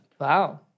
Wow